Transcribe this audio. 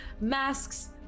Masks